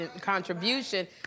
contribution